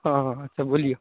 हॅं हॅं से बोलियौ